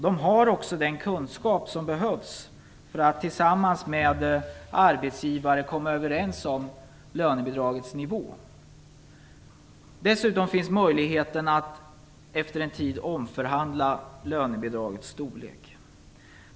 De har också den kunskap som behövs för att tillsammans med arbetsgivare komma överens om lönebidragets nivå. Dessutom finns möjlighet att efter en tid omförhandla lönebidragets storlek.